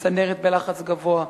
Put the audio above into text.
צנרת בלחץ גבוה,